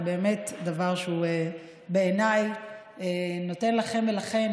זה באמת דבר שבעיניי נותן לכם ולכן